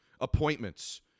appointments